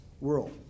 world